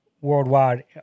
worldwide